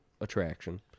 attraction